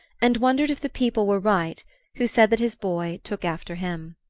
and wondered if the people were right who said that his boy took after him.